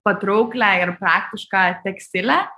patrauklią ir praktišką tekstilę